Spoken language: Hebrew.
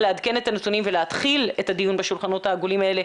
לעדכן את הנתונים ולהתחיל את הדיון בשולחנות העגולים האלה,